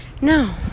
No